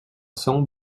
cents